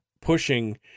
pushing